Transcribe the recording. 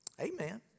Amen